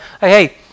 hey